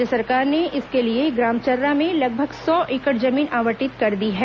राज्य सरकार ने इसके लिए ग्राम चर्रा में लगभग सौ एकड़ जमीन आवंटित कर दी है